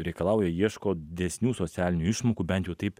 reikalauja ieško didesnių socialinių išmokų bent jau taip